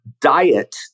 diet